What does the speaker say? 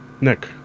Nick